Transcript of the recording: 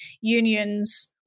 unions